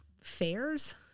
Fairs